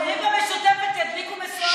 שהחברים במשותפת ידליקו משואה